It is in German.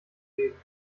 geben